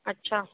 अच्छा